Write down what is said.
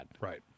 right